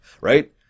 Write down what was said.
right